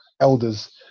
elders